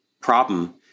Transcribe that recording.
problem